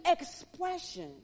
expression